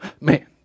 man